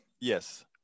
Yes